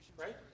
right